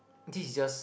this is just